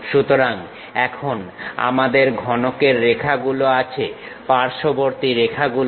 সুতরাং এখন আমাদের ঘনকের রেখাগুলো আছে পার্শ্ববর্তী রেখাগুলো